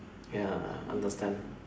ya understand